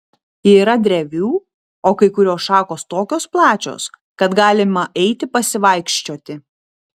yra drevių o kai kurios šakos tokios plačios kad galima eiti pasivaikščioti